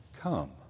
Come